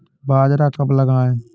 बाजरा कब लगाएँ?